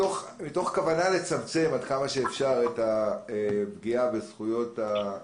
מתוך כוונה לצמצם עד כמה שאפשר את הפגיעה בפרטיות,